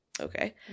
Okay